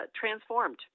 transformed